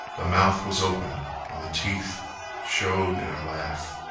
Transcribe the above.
the mouth was open and the teeth showed in a laugh.